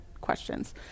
questions